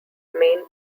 main